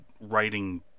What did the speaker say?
writing